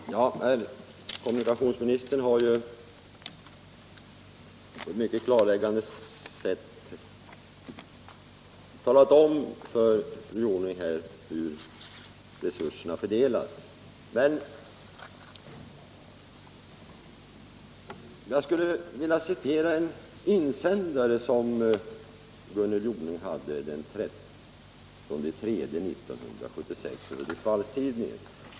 Herr talman! Kommunikationsministern har på ett mycket klarläggande sätt talat om för fru Jonäng hur resurserna fördelas. Men jag skulle vilja citera en insändare som Gunnel Jonäng hade den 13 mars 1976 i Hudiksvalls Tidningen.